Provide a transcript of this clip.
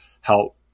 help